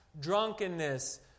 Drunkenness